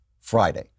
Friday